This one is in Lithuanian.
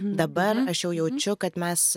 dabar aš jau jaučiu kad mes